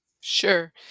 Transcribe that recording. Sure